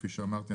כפי שאמרתי,